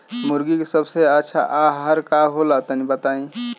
मुर्गी के सबसे अच्छा आहार का होला तनी बताई?